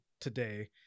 today